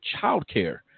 childcare